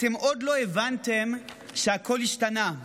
אתם עוד לא הבנתם שהכול השתנה.